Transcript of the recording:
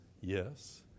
Yes